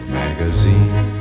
magazine